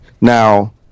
Now